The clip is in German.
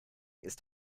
ist